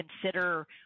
consider